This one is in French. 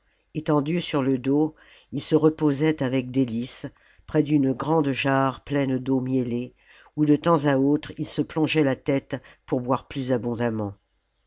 etendu sur le dos il se reposait avec délices près d'une grande jarre pleine d'eau miellée où de temps à autre il se plongeait la tête pour boire plus abondamment